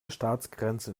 staatsgrenzen